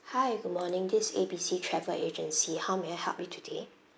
hi good morning this A B C travel agency how may I help you today